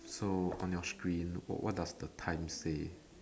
so on your screen what does the time say